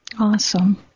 Awesome